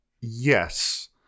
yes